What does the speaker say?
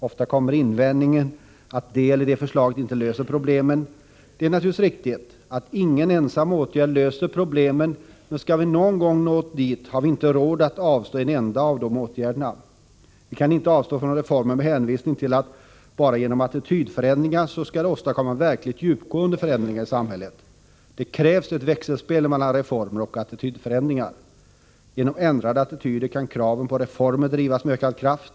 Ofta kommer invändningen att det eller det förslaget inte löser problemen. Det är naturligtvis riktigt att ingen ensam åtgärd löser problemen, men skall vi någon gång nå en lösning har vi inte råd att avstå från en enda av dessa åtgärder. Vi kan inte avstå från reformer med hänvisning till att det är bara attitydförändringar som kan åstadkomma verkligt djupgående förändringar i samhället. Det krävs ett växelspel mellan reformer och attitydförändringar. Oo Genom ändrade attityder kan kraven på reformer drivas med ökad kraft.